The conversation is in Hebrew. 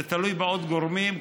זה תלוי בעוד גורמים,